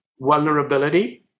vulnerability